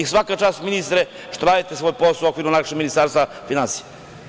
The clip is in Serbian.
Svaka čast, ministre, što radite svoj posao u okviru Ministarstva finansija.